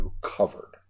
covered